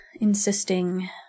insisting